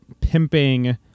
pimping